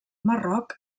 marroc